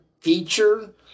feature